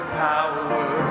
power